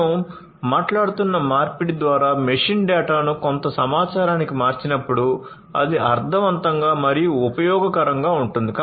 మనం మాట్లాడుతున్న మార్పిడి ద్వారా మెషిన్ డేటాను కొంత సమాచారానికి మార్చినప్పుడు అది అర్థవంతంగా మరియు ఉపయోగకరంగా ఉంటుంది